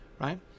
Right